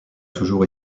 toujours